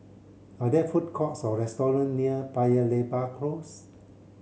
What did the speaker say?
are there food courts or restaurant near Paya Lebar Close